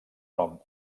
nom